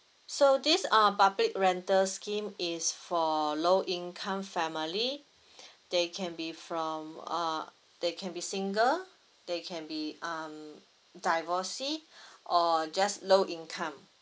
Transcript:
so this um public rental scheme is for low income family they can be from uh they can be single they can be um divorcee or just low income